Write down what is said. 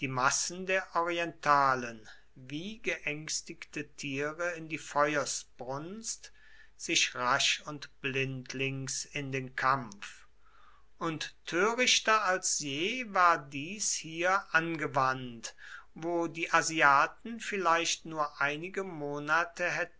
massen der orientalen wie geängstigte tiere in die feuersbrunst sich rasch und blindlings in den kampf und törichter als je war dies hier angewandt wo die asiaten vielleicht nur einige monate hätten